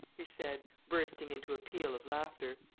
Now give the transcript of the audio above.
he said, bursting into a peal of laughter.